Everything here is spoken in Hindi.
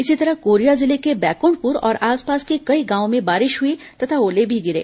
इसी तरह कोरिया जिले के बैकुंठपुर और आसपास के कई गावों में बारिश हुई तथा ओले भी गिरे